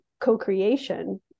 co-creation